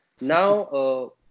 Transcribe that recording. Now